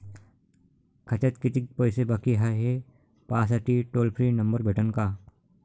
खात्यात कितीकं पैसे बाकी हाय, हे पाहासाठी टोल फ्री नंबर भेटन का?